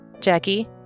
Jackie